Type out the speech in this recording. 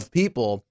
people